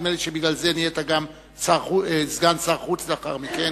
נדמה לי שבגלל זה גם נהיית סגן שר החוץ לאחר מכן.